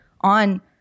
on